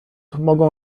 mogą